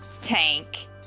Tank